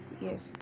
Yes